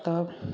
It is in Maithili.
तब